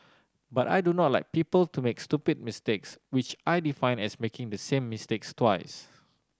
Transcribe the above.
but I do not like people to make stupid mistakes which I define as making the same mistakes twice